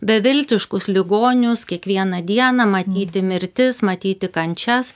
beviltiškus ligonius kiekvieną dieną matyti mirtis matyti kančias